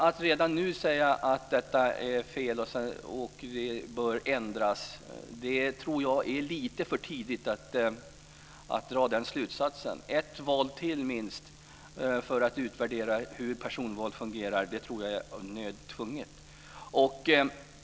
Att redan nu dra slutsatsen att detta är fel och bör ändras tror jag är lite för tidigt. Minst ett val till för att utvärdera hur personvalet fungerar tror jag är av nöd tvunget.